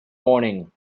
morning